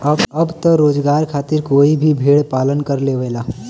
अब त रोजगार खातिर कोई भी भेड़ पालन कर लेवला